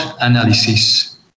analysis